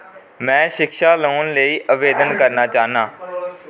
में शिक्षा लोन लेई आवेदन करना चाह्न्नां